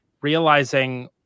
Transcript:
realizing